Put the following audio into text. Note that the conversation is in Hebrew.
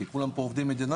כי כולם פה עובדי מדינה,